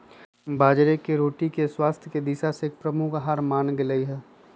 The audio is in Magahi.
बाजरे के रोटी के स्वास्थ्य के दिशा से एक प्रमुख आहार मानल गयले है